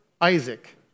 Isaac